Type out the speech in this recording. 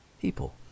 people